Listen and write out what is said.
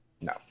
No